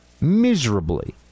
miserably